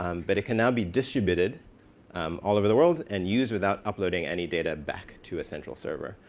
um but it can now be distributed um all over the world and used without uploading any data back to a central server.